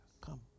Come